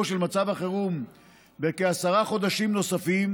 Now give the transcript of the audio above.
של מצב החירום בכעשרה חודשים נוספים,